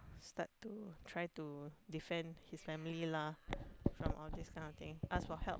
start to try to defend his family lah from all this kind of thing ask for help